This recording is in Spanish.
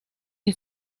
que